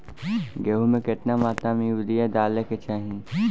गेहूँ में केतना मात्रा में यूरिया डाले के चाही?